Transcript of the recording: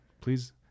please